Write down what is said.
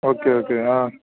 okay okay ah